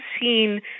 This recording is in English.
seen